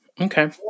Okay